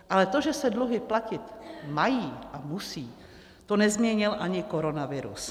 Ale to, že se dluhy platit mají a musí, to nezměnil ani koronavirus.